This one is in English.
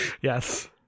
Yes